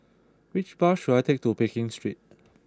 which bus should I take to Pekin Street